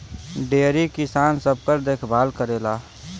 dairy किसान सबकर देखभाल करेला